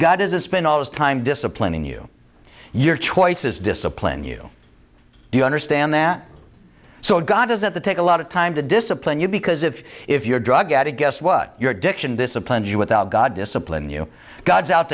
is a spend all his time disciplining you your choices discipline you do you understand that so god doesn't that take a lot of time to discipline you because if if you're a drug addict guess what you're diction discipline you without god discipline you god's out